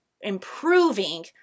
improving